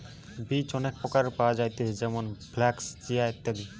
বীজ অনেক প্রকারের পাওয়া যায়তিছে যেমন ফ্লাক্স, চিয়া, ইত্যাদি